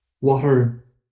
Water